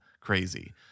crazy